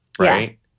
right